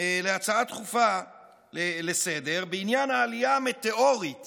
הצעה דחופה לסדר-היום בעניין העלייה המטאורית